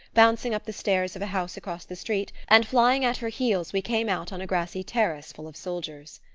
bouncing up the stairs of a house across the street, and flying at her heels we came out on a grassy terrace full of soldiers.